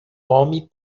homem